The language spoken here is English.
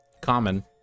common